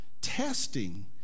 Testing